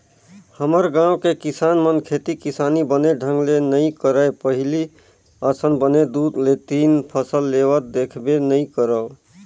हमर गाँव के किसान मन खेती किसानी बने ढंग ले नइ करय पहिली असन बने दू ले तीन फसल लेवत देखबे नइ करव